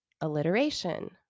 alliteration